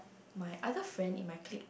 my other friend in my clique